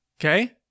okay